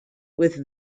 with